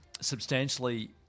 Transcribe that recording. substantially